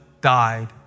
died